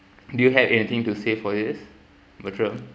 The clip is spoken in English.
do you have anything to say for this bertrand